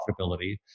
profitability